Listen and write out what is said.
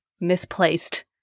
misplaced